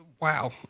wow